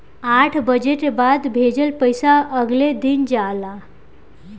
आठ बजे के बाद भेजल पइसा अगले दिन जाला